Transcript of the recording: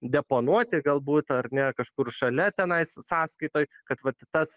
deponuoti galbūt ar ne kažkur šalia tenais sąskaitoj kad vat tas